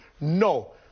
No